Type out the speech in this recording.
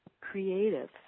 creative